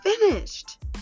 finished